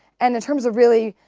and in terms of really,